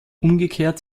umgekehrt